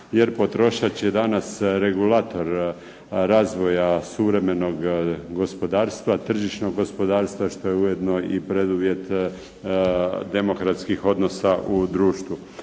Jer potrošač je danas regulator razvoja suvremenog gospodarstva, tržišnog gospodarstva što je ujedno i preduvjet demokratskih odnosa u društvu.